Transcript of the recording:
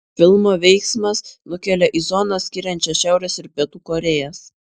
filmo veiksmas nukelia į zoną skiriančią šiaurės ir pietų korėjas